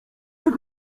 jak